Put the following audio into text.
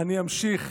אני אמשיך.